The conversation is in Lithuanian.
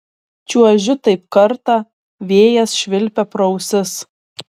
čiuožiu taip kartą vėjas švilpia pro ausis